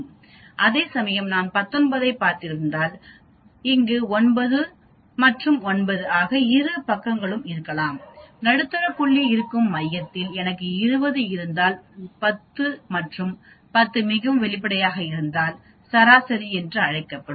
அதேசமயம் நான் 19 ஐப் பார்த்திருந்தால் இங்கு 9 மற்றும் 9 ஆகிய இரு பக்கங்களும் இருக்கலாம் நடுத்தர புள்ளி இருக்கும் மையத்தில் எனக்கு 20 இருந்தால் 10 மற்றும் 10 மிகவும் வெளிப்படையாக இருந்தால் சராசரி என்று அழைக்கப்படும்